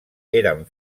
eren